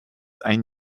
ein